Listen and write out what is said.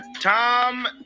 Tom